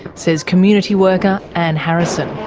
says community worker anne harrison.